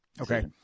Okay